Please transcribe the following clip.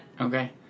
Okay